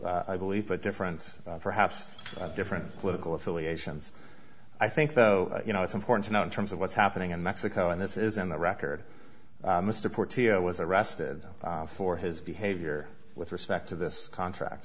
but i believe a difference perhaps a different political affiliations i think though you know it's important to note in terms of what's happening in mexico and this is in the record mr portillo was arrested for his behavior with respect to this contract